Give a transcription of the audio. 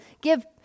give